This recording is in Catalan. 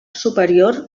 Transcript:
superior